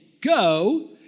go